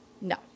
No